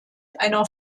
einer